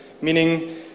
meaning